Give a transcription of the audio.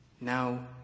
now